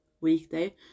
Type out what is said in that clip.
weekday